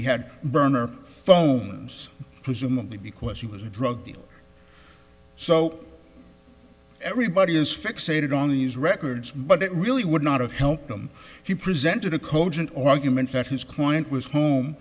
he had burner phones presumably because he was a drug dealer so everybody is fixated on these records but it really would not have helped them he presented a cogent argument that his client was home